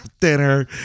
dinner